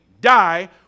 die